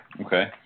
Okay